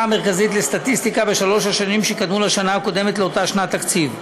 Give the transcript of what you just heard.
המרכזית לסטטיסטיקה בשלוש השנים שקדמו לשנה הקודמת לאותה שנת תקציב.